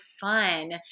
fun